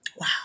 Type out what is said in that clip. Wow